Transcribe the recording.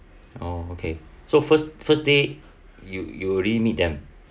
oh okay so first first day you you really need them